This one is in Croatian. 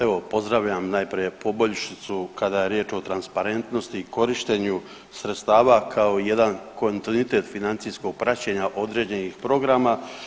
Evo, pozdravljam najprije poboljšicu kada je riječ o transparentnosti i korištenju sredstava, kao i jedan kontinuitet financijskog praćenja određenih programa.